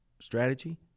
strategy